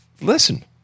listen